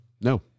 No